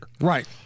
Right